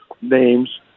names